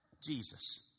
Jesus